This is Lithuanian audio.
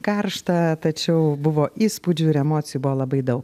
karšta tačiau buvo įspūdžių ir emocijų buvo labai daug